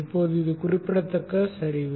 இப்போது இது குறிப்பிடத்தக்க சரிவு